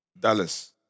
Dallas